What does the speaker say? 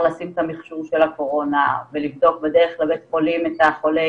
לשים את המכשור של הקורונה ולבדוק בדרך לבית החולים את החולה